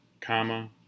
comma